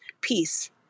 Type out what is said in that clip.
peace